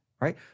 right